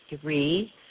three